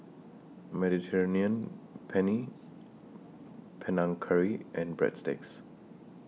Mediterranean Penne Panang Curry and Breadsticks